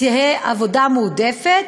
תהיה עבודה מועדפת,